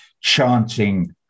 chanting